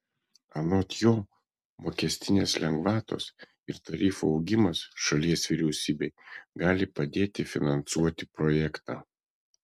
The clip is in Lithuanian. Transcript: anot jo mokestinės lengvatos ir tarifų augimas šalies vyriausybei gali padėti finansuoti projektą